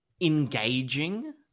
engaging